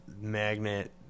magnet